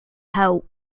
help